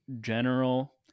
general